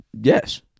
yes